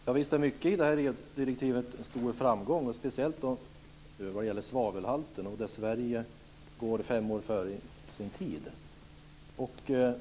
Fru talman! Visst är det mycket i direktivet som är en stor framgång. Speciellt gäller det då svavelhalten. Sverige är där fem år före sin tid.